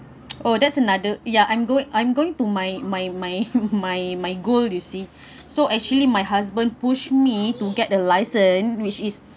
oh there's another ya I'm going I'm going to my my my my my goal you see so actually my husband push me to get a license which is